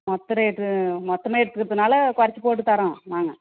மொத்தம் ரேட்டு மொத்தமாக எடுத்துக்கிறதுனால கொறைச்சு போட்டு தர்றோம் வாங்க